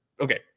okay